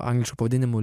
anglišku pavadinimu